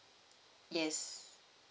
yes